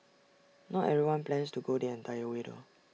not everyone plans to go the entire way though